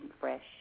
fresh